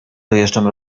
dojeżdżam